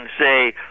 say